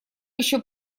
еще